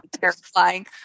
terrifying